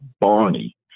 Barney